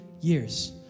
years